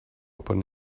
upon